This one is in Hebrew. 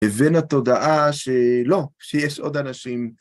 לבין התודעה שלא, שיש עוד אנשים.